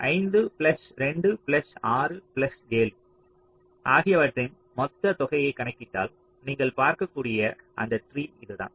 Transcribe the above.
5 plus 2 plus 6 plus 7 ஆகியவற்றின் மொத்த தொகையை கணக்கிட்டால் நீங்கள் பார்க்கக் கூடிய அந்த ட்ரீ இதுதான்